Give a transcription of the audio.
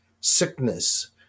sickness